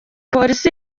polisi